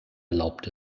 erlaubt